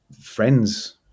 friends